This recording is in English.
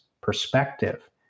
perspective